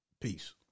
Peace